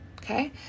okay